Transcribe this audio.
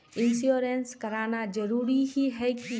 Insurance कराना जरूरी ही है की?